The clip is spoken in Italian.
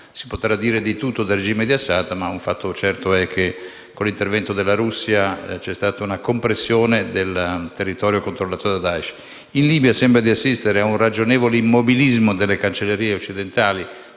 Si potrà dire di tutto del regime di Assad, ma è certo che con l'intervento della Russia c'è stata una compressione del territorio controllato da Daesh. In Libia sembra di assistere ad un ragionevole immobilismo delle cancellerie occidentali